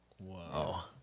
Wow